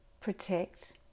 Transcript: protect